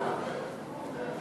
על תנאי,